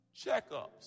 checkups